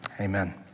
Amen